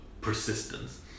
persistence